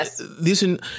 listen